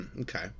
okay